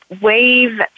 wave